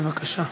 בבקשה.